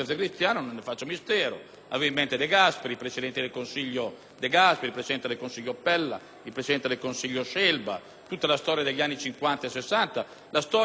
avevo in mente il presidente del Consiglio De Gasperi, il presidente del Consiglio Pella, il presidente del Consiglio Scelba, tutta la storia degli anni '50 e '60, la storia democratica di uomini